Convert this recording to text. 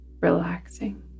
relaxing